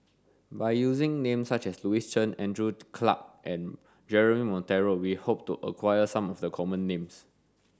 by using names such as Louis Chen Andrew Clarke and Jeremy Monteiro we hope to acquire some of the common names